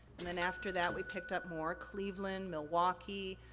and then after that we picked up more. cleveland, milwaukee,